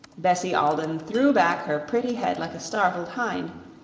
bessie alden threw back her pretty head like a startled hind,